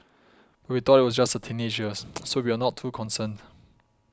we thought it was just her teenagers so we were not too concerned